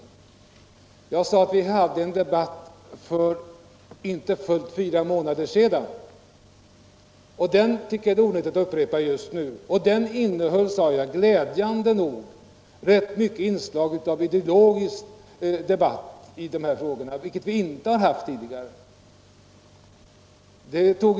Jag erinrade om att vi hade en debatt för inte fullt fyra månader sedan, och den tyckte jag att det är onödigt att upprepa just nu. Den debatten innehöll, sade jag, glädjande nog ett rätt stort inslag av ideologisk diskussion, vilket vi inte har varit med om tidigare i de här frågorna.